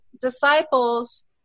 Disciples